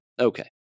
Okay